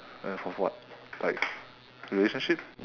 and for what like relationship